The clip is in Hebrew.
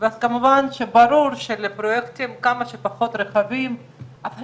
אבל בעולם שמתחיל להפעיל רחפנים, חלק